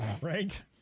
right